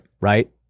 Right